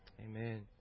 Amen